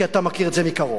כי אתה מכיר את זה מקרוב,